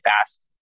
fast